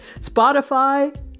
Spotify